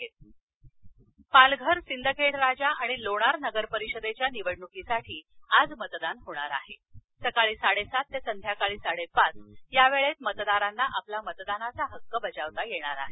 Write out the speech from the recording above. मतदान पालघर सिंदखेडराजा आणि लोणार नगर परिषदेच्या निवडणुकीसाठी आज मतदान होणार असून सकाळी साडेसात ते संध्याकाळी साडेपाच या वेळेत मतदारांना आपला मतदानाचा हक्क बजावता येणार आहे